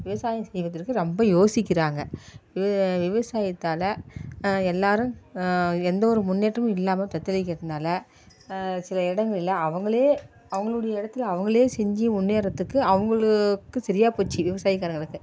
விவசாயம் செய்வதற்கு ரொம்ப யோசிக்கிறாங்க விவசாயத்தால் எல்லாரும் எந்த ஒரு முன்னேற்றமும் இல்லால் தத்தளிக்கிறதுனால் சில எடங்களில் அவங்களே அவங்களுடைய எடத்தில் அவங்களே செஞ்சு முன்னேறதுக்கு அவங்களுக்கு சரியாக போச்சு விவசாயக்காரங்களுக்கு